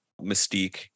Mystique